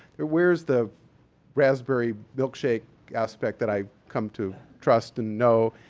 where's the raspberry milkshake aspect that i've come to trust and know?